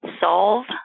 Solve